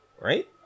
Right